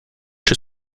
czy